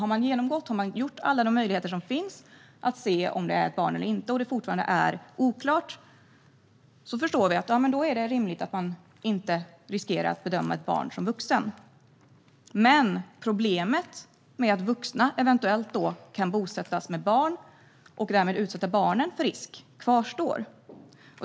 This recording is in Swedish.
Har man använt alla de möjligheter som finns för att se om det är ett barn eller inte och det fortfarande är oklart är det rimligt att inte riskera att ett barn bedöms som vuxen. Men problemet att vuxna eventuellt kan bosätta sig med barn och därmed utsätta barnen för risk kvarstår.